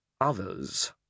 others